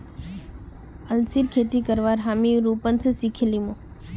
अलसीर खेती करवा हामी रूपन स सिखे लीमु